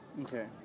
Okay